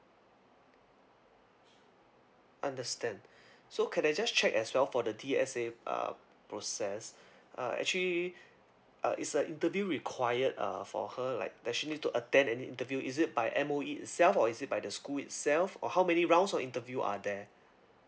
understand so can I just check as well for the D_S_A uh process uh actually uh it's a interview required uh for her like does she need to attend any interview is it by M_O_E itself or is it by the school itself or how many rounds of interview are there